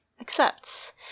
accepts